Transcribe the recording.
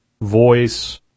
voice